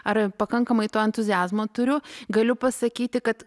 ar pakankamai to entuziazmo turiu galiu pasakyti kad